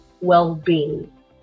well-being